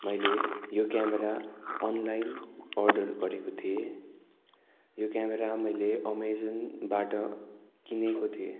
मैले यो camera online order गरेको थिएँ यो क्यामेरा मैले अमेजनबाट किनेको थिएँ